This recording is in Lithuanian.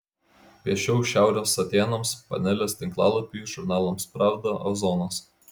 piešiau šiaurės atėnams panelės tinklalapiui žurnalams pravda ozonas